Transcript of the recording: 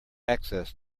access